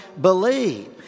believe